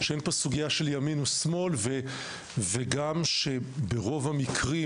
שאין פה סוגייה של ימין או שמאל ושגם ברוב המקרים,